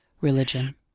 religion